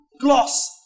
gloss